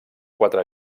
quatre